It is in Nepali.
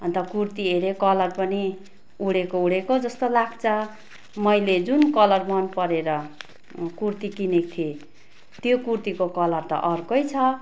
अन्त कुर्ती हेरेँ कलर पनि उडेको उडेको जस्तो लाग्छ मैले जुन कलर मन परेर कुर्ती किनेको थिएँ त्यो कुर्तीको कलर त अर्कै छ